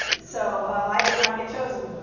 so um i did not get chosen